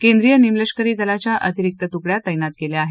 केंद्रीय निमलष्करी दलाच्या अतिरिक्त तुकड्या तैनात केल्या आहेत